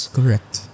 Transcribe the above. Correct